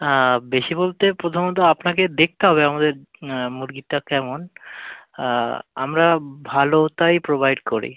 হ্যাঁ বেশি বলতে প্রথমত আপনাকে দেখতে হবে আমাদের মুরগিটা কেমন আমরা ভালোটাই প্রোভাইড করি